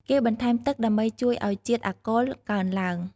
គេបន្ថែមទឹកដើម្បីជួយឱ្យជាតិអាល់កុលកើនឡើង។